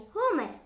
Homer